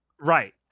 Right